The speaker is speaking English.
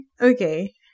okay